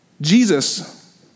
Jesus